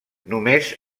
només